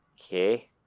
Okay